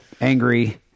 angry